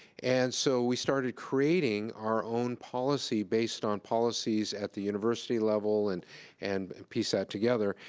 and so we started creating our own policy based on policies at the university level and and piece that together.